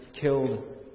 killed